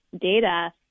data